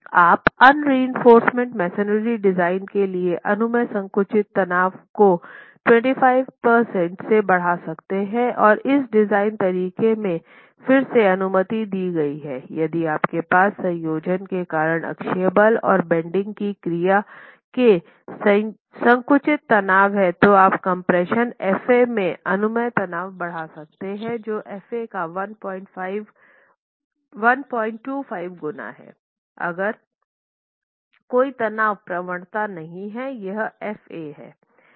आप unreinforced masonry design के लिए अनुमेय संकुचित तनाव को 25 प्रतिशत से बढ़ा सकते हैं और इस डिज़ाइन तरीके में फिर से अनुमति दी गई है यदि आपके पास संयोजन के कारण अक्षीय बल और बेन्डिंग की क्रिया के संकुचित तनाव है तो आप कम्प्रेशन fa में अनुमेय तनाव बढ़ा सकते हैं जो fa का 125 गुना है लेकिन अगर कोई तनाव प्रवणता नहीं है यह fa हैं